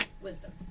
Wisdom